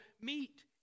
meet